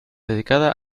dedicada